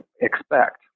expect